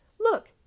Look